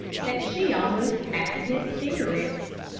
that she almost had hysterics.